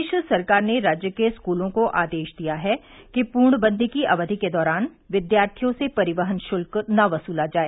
प्रदेश सरकार ने राज्य के स्कूलों को आदेश दिया है कि पूर्णबंदी की अवधि के दौरान विद्यार्थियों से परिवहन शुल्क न वसूला जाए